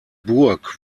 burg